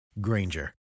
Granger